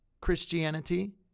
Christianity